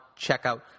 checkout